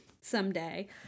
Someday